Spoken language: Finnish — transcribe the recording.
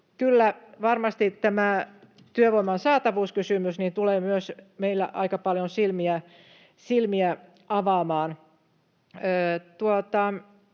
kyllä varmasti tämä työvoiman saatavuuskysymys tulee myös meillä aika paljon silmiä avaamaan.